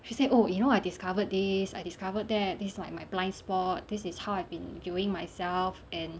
she said oh you know I discovered this I discovered that this is my blind spot this is how I've been viewing myself and